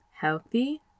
healthy